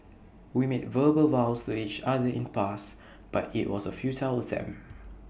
we made verbal vows to each other in the past but IT was A futile attempt